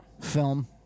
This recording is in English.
Film